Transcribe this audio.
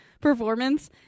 performance